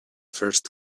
first